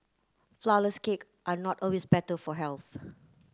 flourless cake are not always better for health